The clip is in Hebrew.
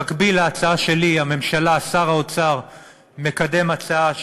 במקביל להצעה שלי, הממשלה, שר האוצר מקדם הצעה,